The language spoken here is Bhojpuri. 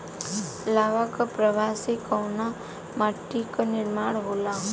लावा क प्रवाह से कउना माटी क निर्माण होला?